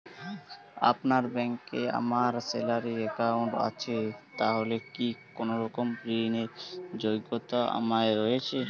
আপনার ব্যাংকে আমার স্যালারি অ্যাকাউন্ট আছে তাহলে কি কোনরকম ঋণ র যোগ্যতা আমার রয়েছে?